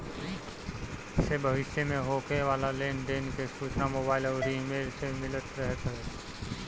एसे भविष्य में होखे वाला लेन देन के सूचना मोबाईल अउरी इमेल से मिलत रहत हवे